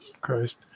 Christ